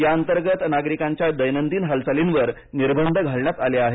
या अंतर्गत नागरिकांच्या दैनंदिन हालचालींवर निर्बंध घालण्यात आले आहेत